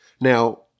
Now